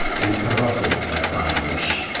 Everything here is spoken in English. and it corrupted that dying wish.